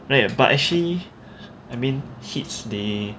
wait but actually I mean heats they